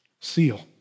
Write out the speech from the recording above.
seal